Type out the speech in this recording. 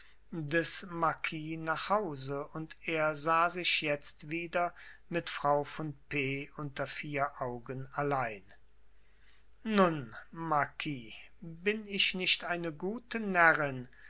des marquis nach hause und er sahe sich jetzt wieder mit frau von p unter vier augen allein nun marquis bin ich nicht eine gute närrin